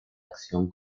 acción